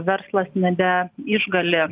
verslas nebe išgali